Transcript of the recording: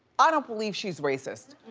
i don't believe she's racist.